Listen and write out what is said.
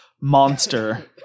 monster